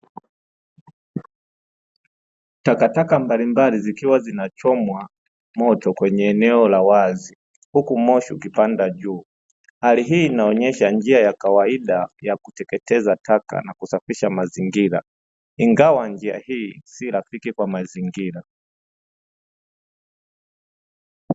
Takataka mbalimbali zikiwa zinachomwa moto kwenye eneo la wazi huku moshi ukipanda juu. Hali hii inaonyesha njia ya kawaida ya kuteketeza taka na kusafisha mazingira, ingawa njia hii si rafiki kwa mazingira.